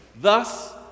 Thus